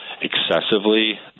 excessively